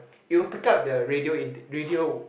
it'll pick up the radio in radio